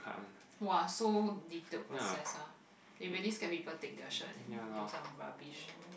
!wah! so dedupe process ah it really scare people take their shirt and do some rubbish